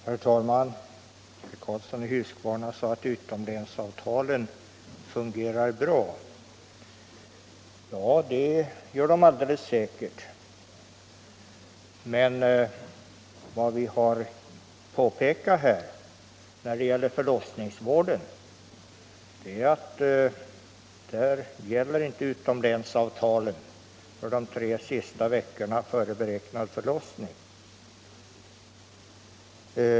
Herr talman! Herr Karlsson i Huskvarna sade att utomlänsavtalen fungerar bra. Ja, det gör de alldeles säkert. Men vad vi har påpekat här beträffande förlossningsvården är att där gäller inte utomlänsavtalen för de tre sista veckorna före beräknad förlossning.